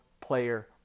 player